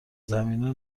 زمینه